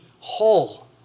whole